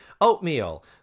Oatmeal